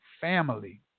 family